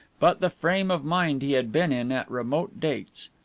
but the frame of mind he had been in at remote dates.